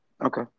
Okay